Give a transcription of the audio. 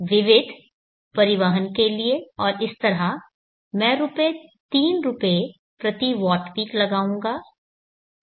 विविध परिवहन के लिए और इस तरह मैं रुपए 3 रुपए प्रति वॉट पीक लगाऊंगा